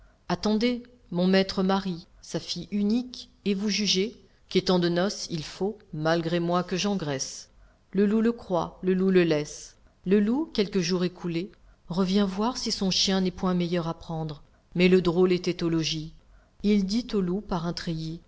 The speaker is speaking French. attendez mon maître marie sa fille unique et vous jugez qu'étant de noce il faut malgré moi que j'engraisse le loup le croit le loup le laisse le loup quelques jours écoulés revient voir si son chien n'est pas meilleur à prendre mais le drôle était au logis il dit au loup par un